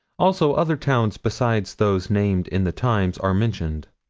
also other towns besides those named in the times are mentioned.